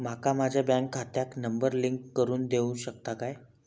माका माझ्या बँक खात्याक नंबर लिंक करून देऊ शकता काय?